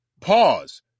pause